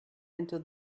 into